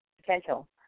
potential